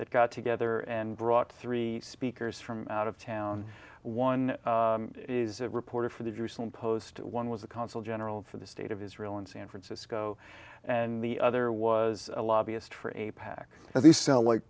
that got together and brought three speakers from out of town one is a reporter for the jerusalem post one was a consul general for the state of israel in san francisco and the other was a lobbyist for a pack of these felt like